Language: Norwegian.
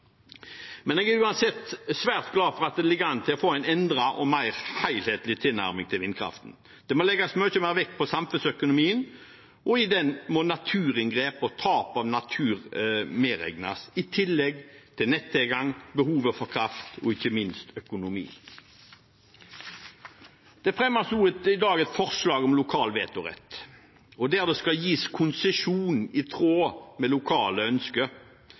Jeg er uansett svært glad for at det ligger an til å bli en endret og mer helhetlig tilnærming til vindkraft. Det må legges mye mer vekt på samfunnsøkonomien, og i den må naturinngrep og tap av natur medregnes, i tillegg til nettilgang, behovet for kraft og ikke minst økonomi. Det fremmes også i dag et forslag om lokal vetorett og at det skal gis konsesjon i tråd med lokale ønsker.